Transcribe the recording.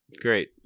great